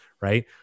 right